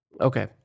Okay